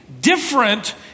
different